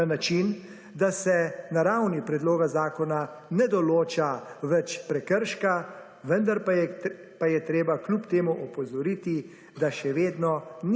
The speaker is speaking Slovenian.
na način, da se na ravni predloga zakona ne določa več prekrška, vendar pa je treba kljub temu opozoriti, da še vedno